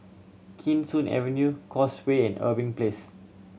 Kee Sun Avenue Causeway and Irving Place